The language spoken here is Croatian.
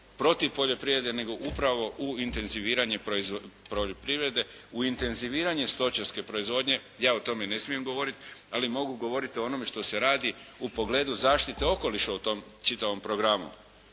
protiv poljoprivrede nego upravo u intenziviranje poljoprivrede, u intenziviranje stočarske proizvodnje. Ja o tome ne smijem govoriti ali mogu govoriti o onome što se radi u pogledu zaštite okoliša u tom čitavom programu.